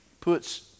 puts